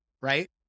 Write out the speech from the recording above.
Right